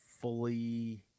fully